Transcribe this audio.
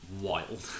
wild